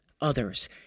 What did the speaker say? others